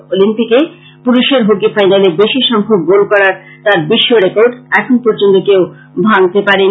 অলিম্পিকে পুরুষের হকি ফাইনালে বেশী সংখ্যক গোল করার তাঁর বিশ্ব রেকর্ড এখনো পর্যন্ত কেউ ভাঙ্গতে পারেনি